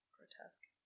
Grotesque